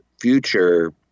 future